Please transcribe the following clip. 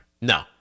No